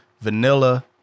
vanilla